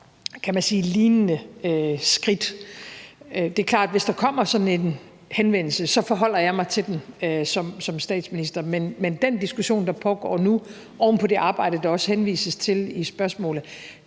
eller lignende skridt. Det er klart, at hvis der kommer en sådan henvendelse, forholder jeg mig til den som statsminister, men den diskussion, der pågår nu oven på det arbejde, der også henvises til i spørgsmålet,